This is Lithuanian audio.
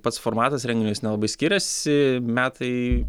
pats formatas renginio jis nelabai skiriasi metai